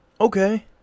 Okay